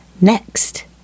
Next